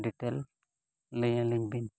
details ᱞᱟᱹᱭ ᱟᱹᱞᱤᱧ ᱵᱤᱱ